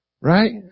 right